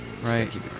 Right